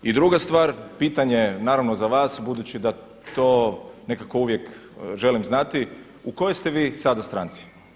I druga stvar, pitanje je naravno za vas budući da to nekako uvijek želim znati u kojoj ste vi sada stranci?